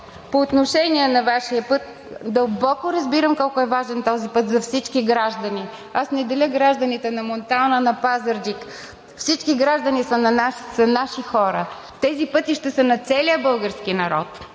По отношение на Вашия път – дълбоко разбирам колко е важен този път за всички граждани. Аз не деля гражданите на Монтана, на Пазарджик. Всички граждани са наши хора. Тези пътища са на целия български народ